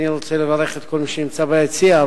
אני רוצה לברך את כל מי שנמצא ביציע,